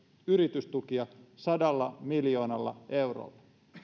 yritystukia sadalla miljoonalla eurolla